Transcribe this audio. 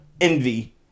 envy